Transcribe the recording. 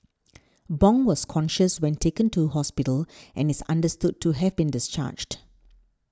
bong was conscious when taken to hospital and is understood to have been discharged